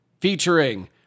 featuring